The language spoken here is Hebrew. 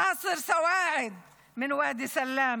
נאסר סואעד מוואדי סלאמה,